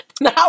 Now